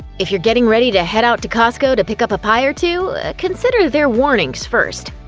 if you're getting ready to head out to costco to pick up a pie or two, consider their warnings first.